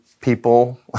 people